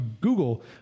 Google